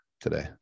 today